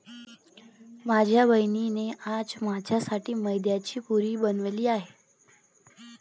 माझ्या बहिणीने आज माझ्यासाठी मैद्याची पुरी बनवली आहे